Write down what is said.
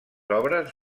obres